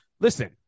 listen